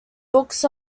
books